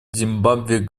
зимбабве